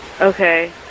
Okay